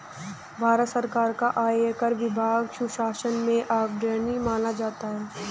भारत सरकार का आयकर विभाग सुशासन में अग्रणी माना जाता है